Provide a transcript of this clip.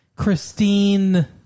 Christine